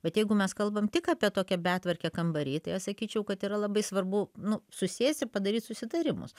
bet jeigu mes kalbam tik apie tokią betvarkę kambary tai aš sakyčiau kad yra labai svarbu nu susėst ir padaryt susitarimus